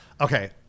Okay